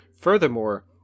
Furthermore